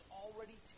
already